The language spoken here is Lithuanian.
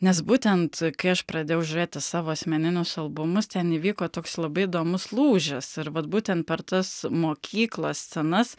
nes būtent kai aš pradėjau žiūrėti savo asmeninius albumus ten įvyko toks labai įdomus lūžis ir vat būtent per tas mokyklos scenas